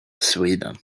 sweden